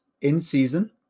in-season